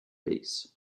base